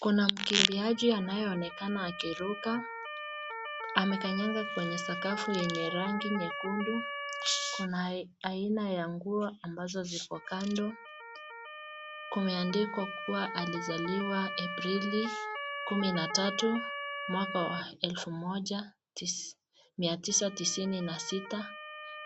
Kuna mkimbiaji anayeonekana akirukaamekanyaga kwenye sakafu yenye rangi nyekundu .Kuna aina ya nguo ambazo ziko kando .Kumeandikwa kuwa alizaliwa April 13 1996